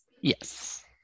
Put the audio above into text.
yes